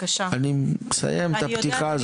אני מסיים את הפתיחה הזאת,